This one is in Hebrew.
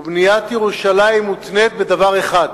בניית ירושלים מותנית בדבר אחד: